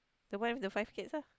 the one with the five kids ah